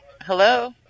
Hello